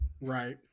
right